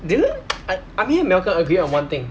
do you I I mean malcolm agreed on one thing